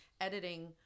editing